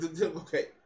okay